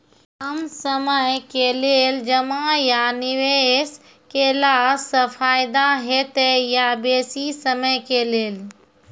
कम समय के लेल जमा या निवेश केलासॅ फायदा हेते या बेसी समय के लेल?